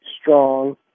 strong